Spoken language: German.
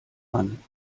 mann